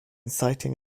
citing